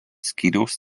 skyriaus